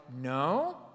No